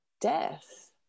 death